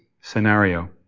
scenario